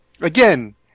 Again